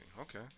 Okay